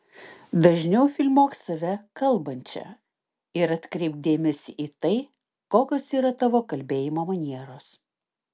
dažniau filmuok save kalbančią ir atkreipk dėmesį į tai kokios yra tavo kalbėjimo manieros